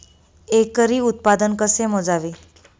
एकरी उत्पादन कसे मोजावे?